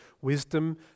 wisdom